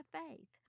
faith